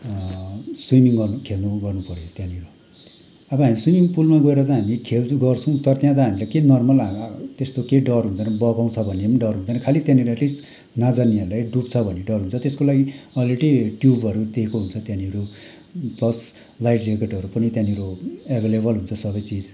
swimming गर्नु खेल्नु उ गर्नु पऱ्यो त्यहाँनिर अब हामी स्विमिङ पुलमा गएर चाहिँ हामी खेल्छौँ गर्छौँ तर त्यहाँ त हामीले के नर्मल त्यस्तो केही डर हुँदैन बगाउँछ भन्ने पनि डर हुँदैन खालि त्यहाँनिर एटलिस्ट नजान्नेहरूलाई डुब्छ भन्ने डर हुन्छ त्यसको लागि अलरेडी ट्युबहरू दिएको हुन्छ त्यहाँनिर प्लस लाइफ ज्याकेटहरू पनि त्यहाँनिर एभाइलेबल हुन्छ सबै चिज